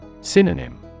Synonym